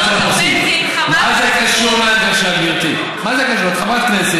שאלתי אותך על קרנות הפנסיה,